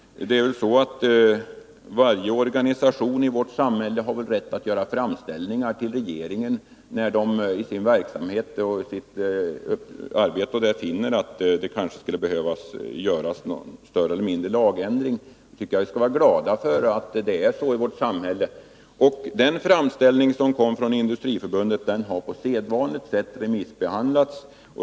Varje organisation i vårt samhälle har väl rätt att göra framställningar till regeringen när man i sin verksamhet finner att det behövs en större eller mindre lagändring. Jag tycker att vi skall vara glada för att det är så i vårt samhälle. Den framställning som kom från Industriförbundet har på sedvanligt sätt remissbehandlats.